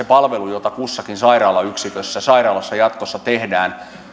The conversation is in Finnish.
palvelun jota kussakin sairaalayksikössä sairaalassa jatkossa tehdään